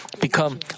become